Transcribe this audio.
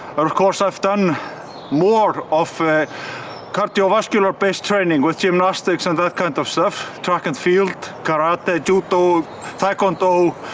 but of course i've done more of cardiovascular based training with gymnastics and that kind of stuff. track and field, karate, judo, tae kwon do,